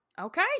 okay